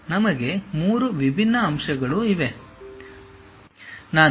ನಮಗೆ 3 ವಿಭಿನ್ನ ಅಂಶಗಳಿವೆ